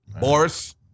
boris